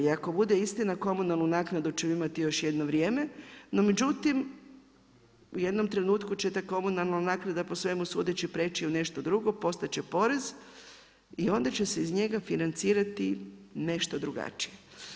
I ako bude istina, komunalnu naknadu ću imati još jedno vrijeme, no međutim, u jednom trenutku će ta komunalna naknada po svemu sudeći preći u nešto drugo, postati će porez i onda će se iz njega financirati nešto drugačije.